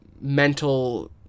mental